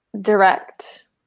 Direct